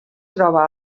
troba